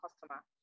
customer